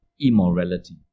immorality